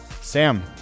Sam